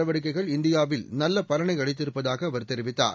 நடவடிக்கைகள் ஊரடங்கு இந்தியாவில் நல்லபலனைஅளித்திருப்பதாகஅவர் தெரிவித்தார்